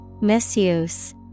Misuse